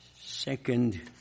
second